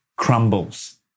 Crumbles